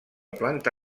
planta